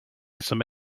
some